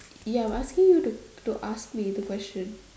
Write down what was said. ya I'm asking you to to ask me the question